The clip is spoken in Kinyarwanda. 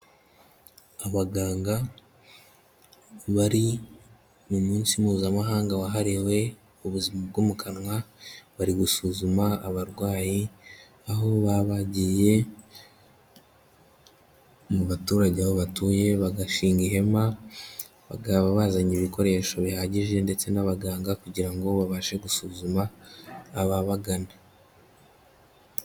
Abaganga bari mu munsi Mpuzamahanga wahariwe ubuzima bwo mu kanwa, bari gusuzuma abarwayi aho baba bagiye mu baturage aho batuye, bagashinga ihema, bakaba bazanye ibikoresho bihagije ndetse n'abaganga kugira ngo babashe gusuzuma ababagana.